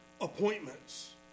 appointments